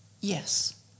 Yes